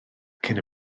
cyn